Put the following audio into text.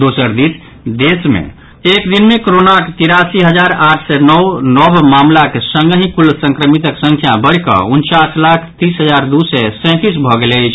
दोसर दिस देश मे एक दिन मे कोरोनाक तिरासी हजार आठ सय नओ नव मामिलाक संगहि कुल संक्रमितक संख्या बढ़िकऽ उनचास लाख तीस हजार दू सय सैंतीस भऽ गेल अछि